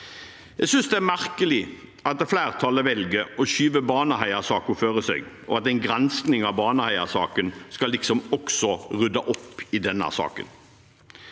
Jeg synes det er merkelig at flertallet velger å skyve Baneheia-saken foran seg, og at en granskning av Baneheia-saken liksom skal rydde opp i denne saken